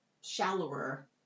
shallower